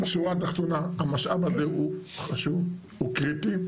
בשורה התחתונה, המשאב הזה הוא חשוב, הוא קריטי,